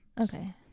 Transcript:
Okay